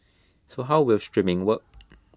so how will streaming work